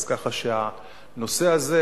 אז ככה שהנושא הזה,